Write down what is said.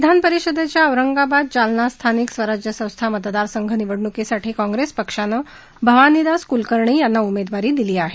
विधानपरिषदेच्या औरंगाबाद जालना स्थानिक स्वराज्य संस्था मतदारसंघ निवडणुकीसाठी काँग्रेस पक्षानं भवानीदास कुलकर्णी यांना उमेदवारी दिली आहे